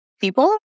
people